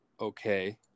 okay